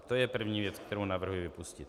To je první věc, kterou navrhuji vypustit.